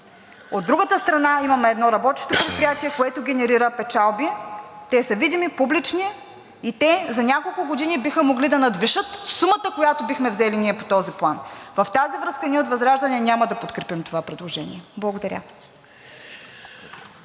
От другата страна, имаме едно работещо предприятие, което генерира печалби – те са видими, публични, и те за няколко години биха могли да надвишат сумата, която ние бихме взели по този план. В тази връзка ние от ВЪЗРАЖДАНЕ няма да подкрепим това предложение. Благодаря.